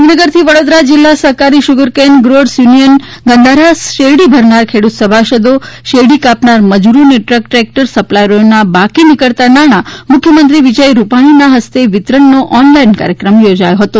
ગાંધીનગરથી વડોદરા જિલ્લા સહકારી સુગરકેન ગ્રોઅર્સ યુનિયન ગંધારાના શેરડી ભરનારા ખેડૂત સભાસદો શેરડી કાપનાર મજૂરો અને ટ્રક ટ્રેક્ટર સપ્લાયરોના બાકી નીકળતા નાણા મુખ્યમંત્રી વિજય રૂપાણીના હસ્તે વિતરણનો ઓનલાઇન કાર્યક્રમ યોજાયો હતો